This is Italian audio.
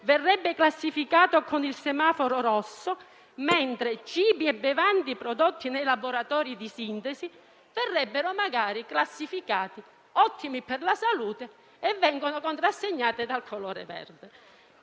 verrebbe classificato con il semaforo rosso, mentre cibi e bevande prodotti nei laboratori di sintesi verrebbero magari classificati ottimi per la salute e contrassegnati dal colore verde.